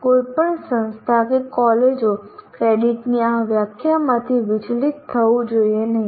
કોઈપણ સંસ્થાકોલેજે ક્રેડિટની આ વ્યાખ્યામાંથી વિચલિત થવું જોઈએ નહીં